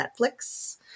Netflix